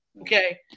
Okay